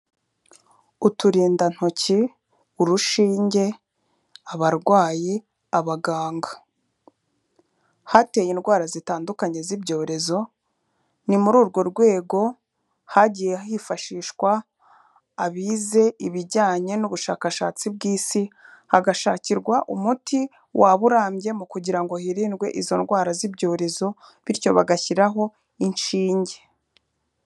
Uturindantoki, urushinge, abarwayi, abaganga. Hateye indwara zitandukanye z'ibyorezo, ni muri urwo rwego hagiye hifashishwa abize ibijyanye n'ubushakashatsi bw'isi, hagashakirwa umuti waba urambye mu kugira ngo hirindwe izo ndwara z'ibyorezo, bityo bagashyiraho inshinge.